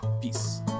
Peace